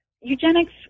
eugenics